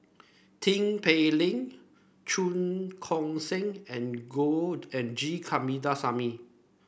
Tin Pei Ling Cheong Koon Seng and go and G Kandasamy